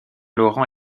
laurent